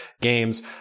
games